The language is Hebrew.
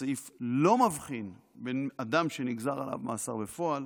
הסעיף לא מבחין בין אדם שנגזר עליו מאסר בפועל